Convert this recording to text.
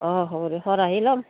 অঁ হ'ব দে ঘৰ আহি ল'ম